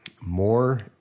more